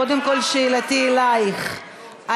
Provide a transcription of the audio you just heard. קודם כול שאלתי אלייך,